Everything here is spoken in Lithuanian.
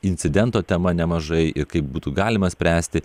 incidento tema nemažai ir kaip būtų galima spręsti